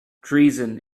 treason